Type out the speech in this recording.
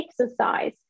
exercise